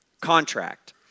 Contract